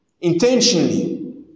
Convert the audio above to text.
intentionally